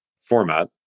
format